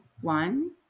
one